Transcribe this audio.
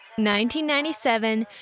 1997